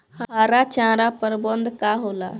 हरा चारा प्रबंधन का होला?